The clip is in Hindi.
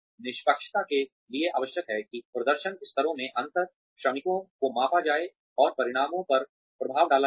निष्पक्षता के लिए आवश्यक है कि प्रदर्शन स्तरों में अंतर श्रमिकों को मापा जाए और परिणामों पर प्रभाव डाला जाए